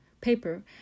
paper